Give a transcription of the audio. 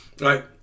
Right